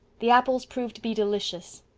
the apples proved to be delicious.